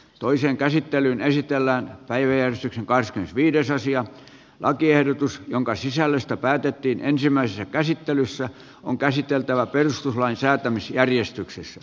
toisen käsittelyn esitellään rajojen mukaiset viides asia lakiehdotus jonka sisällöstä päätettiin ensimmäisessä käsittelyssä on käsiteltävä perustuslain säätämisjärjestyksessä